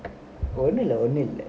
ஒன்னுல்ல ஒண்ணுமில்ல:onnuilla onnumilla